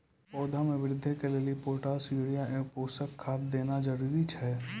पौधा मे बृद्धि के लेली पोटास यूरिया एवं पोषण खाद देना जरूरी छै?